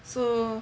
so